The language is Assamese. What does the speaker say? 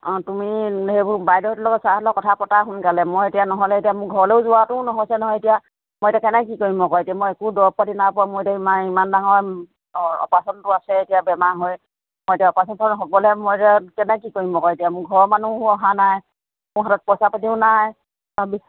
অঁ তুমি সেইবোৰ বাইদেউহঁতৰ লগত ছাৰহঁতৰ লগত কথা পতা সোনকালে মই এতিয়া নহ'লে এতিয়া মোৰ ঘৰলৈয়ো যোৱাটোও নহৈছে নহয় এতিয়া মই এতিয়া কেনেকৈ কি কৰিম আকৌ এতিয়া মই একো দৰৱ পাতি নাই পোৱা মোৰ এতিয়া ইমান ইমান ডাঙৰ অপাৰেশ্যনটো আছে এতিয়া বেমাৰ হয় মই এতিয়া অপাৰেশ্যনটো হ'বলৈ মই এতিয়া কেনেকৈ কি কৰিম আকৌ এতিয়া মোৰ ঘৰৰ মানুহো অহা নাই মোৰ হাতত পইচা পাতিও নাই